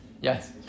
Yes